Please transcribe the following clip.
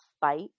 fight